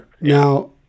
now